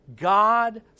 God